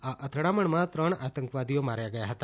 આ અથડામણમાં ત્રણ આતંકવાદીઓ માર્યા ગયા છે